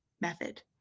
method